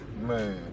Man